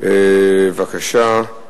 אדוני, בבקשה.